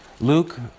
Luke